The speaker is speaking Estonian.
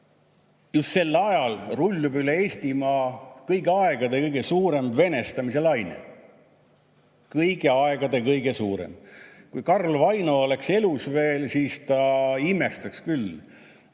Just sel ajal rullub üle Eestimaa kõigi aegade kõige suurem venestamise laine. Kõigi aegade kõige suurem. Kui Karl Vaino oleks veel elus, küll ta siis imestaks,